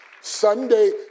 Sunday